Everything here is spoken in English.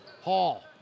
Hall